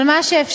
אבל מה שאפשר,